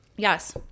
Yes